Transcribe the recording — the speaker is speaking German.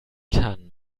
kann